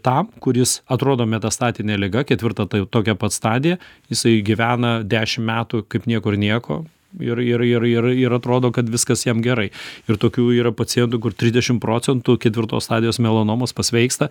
tą kuris atrodo metastatinė liga ketvirta tai tokia pat stadija jisai gyvena dešim metų kaip niekur nieko ir ir ir ir ir atrodo kad viskas jam gerai ir tokių yra pacientų kur trisdešim procentų ketvirtos stadijos melanomos pasveiksta